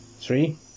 Three